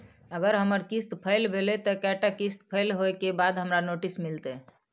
अगर हमर किस्त फैल भेलय त कै टा किस्त फैल होय के बाद हमरा नोटिस मिलते?